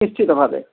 ନିଶ୍ଚିତ ଭାବେ